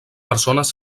persones